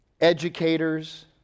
educators